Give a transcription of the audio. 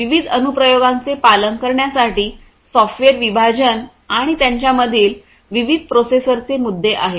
विविध अनुप्रयोगांचे पालन करण्यासाठी सॉफ्टवेअर विभाजन आणि त्यांच्यामधील विविध प्रोसेसरचे मुद्दे आहेत